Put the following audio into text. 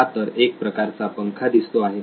हा तर एक प्रकारचा पंखा दिसतो आहे